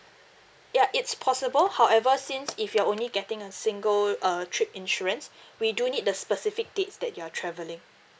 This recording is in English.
ya it's possible however since if you're only getting a single uh trip insurance we do need the specific dates that you're travelling